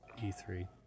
e3